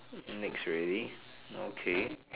next already okay